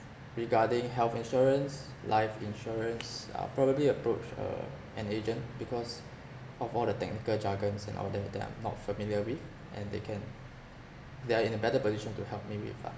regarding health insurance life insurance I'll probably approach uh an agent because of all the technical jargons and all that that I'm not familiar with and they can they are in a better position to help me with ah